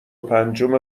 پنجم